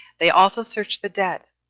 they also searched the dead,